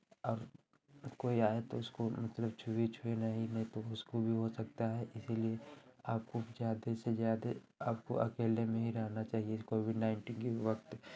और कोई आए तो उसको मतलब छुई छूए नहीं नहीं तो उसको भी हो सकता है इसीलिए आपको भी ज़्यादे से ज़्यादे आपको अकेले में ही रहना चाहिए कोविड नाइन्टीन के वक्त